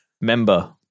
member